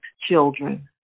children